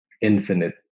infinite